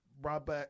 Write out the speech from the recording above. Rob